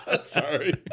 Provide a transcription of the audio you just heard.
sorry